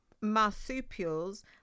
marsupials